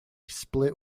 split